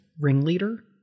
ringleader